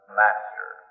master